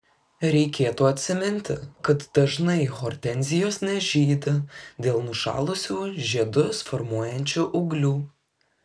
reikėtų atsiminti kad dažnai hortenzijos nežydi dėl nušalusių žiedus formuojančių ūglių